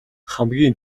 хамгийн